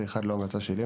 לא שלי.